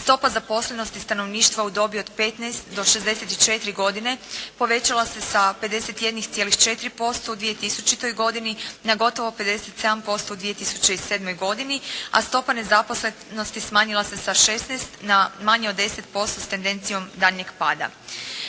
stopa zaposlenosti stanovništva u dobi od 15 do 64 godine povećala se 51,4% u 2000. godini na gotovo 57% u 2007. godini, a stopa nezaposlenosti smanjila se sa 16 na manje od 10% s tendencijom daljnjeg pada.